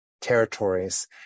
territories